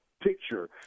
picture